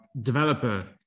developer